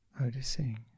Noticing